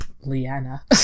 liana